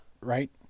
Right